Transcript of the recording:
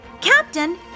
Captain